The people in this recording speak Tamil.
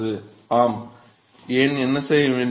மாணவர் ஆமாம் ஏன் என்ன செய்ய வேண்டும்